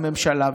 בממשלה,